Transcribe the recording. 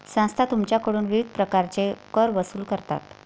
संस्था तुमच्याकडून विविध प्रकारचे कर वसूल करतात